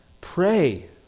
Pray